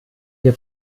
wir